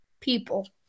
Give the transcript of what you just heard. people